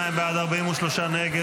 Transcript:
52 בעד, 43 נגד.